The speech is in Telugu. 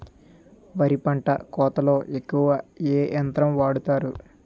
వరి పంట కోతలొ ఎక్కువ ఏ యంత్రం వాడతారు?